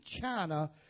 China